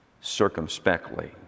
circumspectly